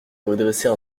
redresser